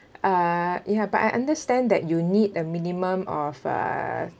uh ya but I understand that you need a minimum of uh